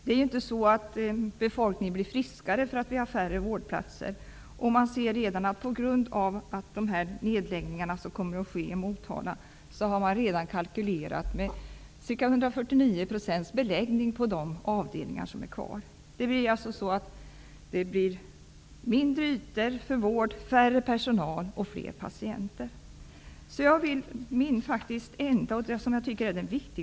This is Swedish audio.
Det är inte så att befolkningen blir friskare för att vi har färre vårdplatser. Vi kan redan se att man i Motala har kalkylerat med 149 % beläggning på de avdelningar som blir kvar, på grund av de nedläggningar som kommer att ske. Det blir mindre ytor för vård, färre personal och fler patienter.